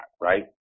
right